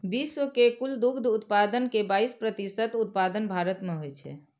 विश्व के कुल दुग्ध उत्पादन के बाइस प्रतिशत उत्पादन भारत मे होइ छै